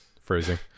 Phrasing